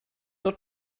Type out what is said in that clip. dort